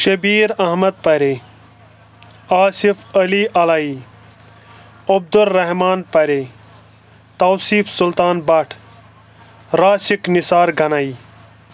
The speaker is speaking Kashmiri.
شبیٖر احمد پَرے آصف علی عَلایی عبدُالرّحمان پَرے تَوصیٖف سلطان بٹھ راسِک نثار گنایی